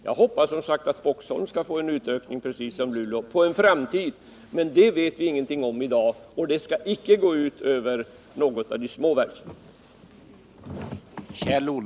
Jag hoppas, som sagt, att Boxholm i en framtid skall kunna utvidga på samma sätt som Luleå, men om detta vet vi ingenting i dag. Och det skall, som sagt, icke gå ut över något av de små verken.